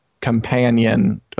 companion